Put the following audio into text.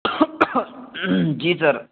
जी sir